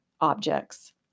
objects